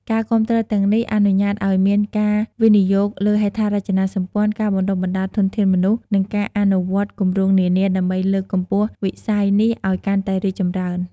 ការគាំទ្រទាំងនេះអនុញ្ញាតឱ្យមានការវិនិយោគលើហេដ្ឋារចនាសម្ព័ន្ធ ការបណ្ដុះបណ្ដាលធនធានមនុស្ស និងការអនុវត្តគម្រោងនានា ដើម្បីលើកកម្ពស់វិស័យនេះឱ្យកាន់តែរីកចម្រើន។